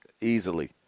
Easily